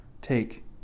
Take